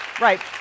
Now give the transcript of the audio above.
right